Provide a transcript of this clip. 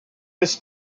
his